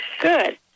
Good